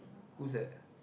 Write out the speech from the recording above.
who's that